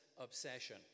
obsession